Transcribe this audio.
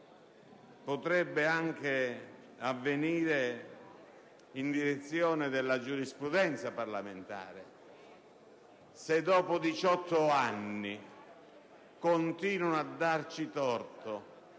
potrebbe anche avvenire in direzione della giurisprudenza parlamentare: se dopo 18 anni continuano a darci torto,